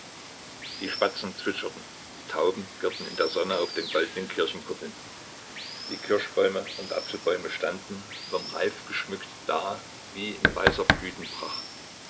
die spatzen zwitscherten die tauben girrten in der sonne auf den goldenen kirchenkuppeln die kirschbäume und apfelbäume standen vom reif geschmückt da wie in weißer blütenpracht